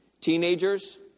Teenagers